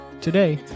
Today